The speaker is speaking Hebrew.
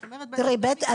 את אומרת --- מגבילה לחובה.